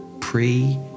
pre